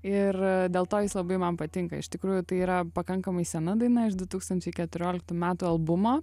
ir dėl to jis labai man patinka iš tikrųjų tai yra pakankamai sena daina iš du tūkstančiai keturioliktų metų albumo